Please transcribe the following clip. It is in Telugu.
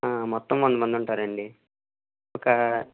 మొత్తం వంద మంది ఉంటారండీ ఒక